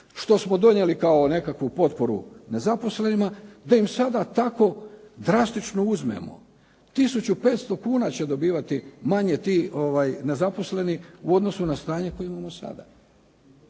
što smo donijeli kao nekakvu potporu nezaposlenima da im sada tako drastično uzmemo. Tisuću 500 kuna će dobivati manje ti nezaposleni u odnosu na stanje koje imamo sada.